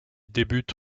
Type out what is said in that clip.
débute